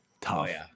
Tough